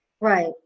Right